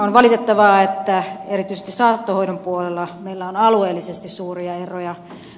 on valitettavaa että erityisesti saattohoidon puolella meillä on alueellisesti suuria eroja